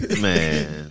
Man